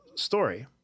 Story